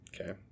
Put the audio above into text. okay